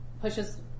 pushes